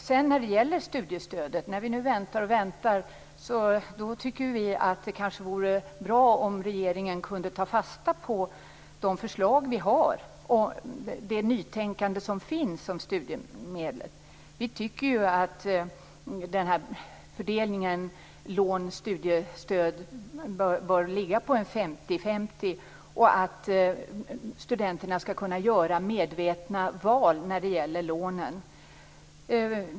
Under tiden vi väntar och väntar vore det bra om regeringen kunde ta fasta på våra förslag och det nytänkande som finns kring studiemedlen. Vi anser att fördelningen mellan lån och studiestöd bör ligga runt 50-50 och att studenterna skall kunna göra medvetna val när det gäller lånen.